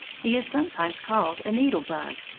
he is sometimes called a needle-bug,